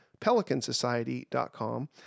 pelicansociety.com